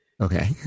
okay